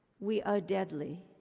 we are deadly